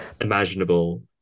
imaginable